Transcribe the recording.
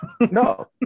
No